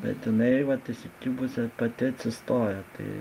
bet jinai vat įsikibus pati atsistojo tai